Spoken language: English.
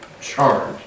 charge